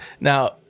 now